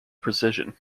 precision